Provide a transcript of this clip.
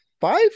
five